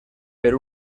per